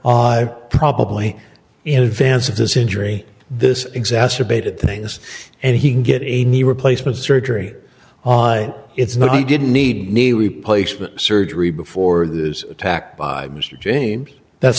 tear probably in advance of this injury this exacerbated things and he can get a knee replacement surgery on it's not he didn't need new replacements surgery before the attack by mr james that's